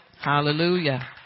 Hallelujah